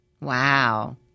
Wow